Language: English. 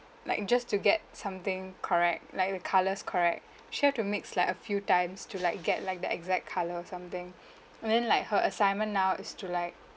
like just to get something correct like with colours correct she have to mix like a few times to like get like the exact colour or something and then like her assignment now is to like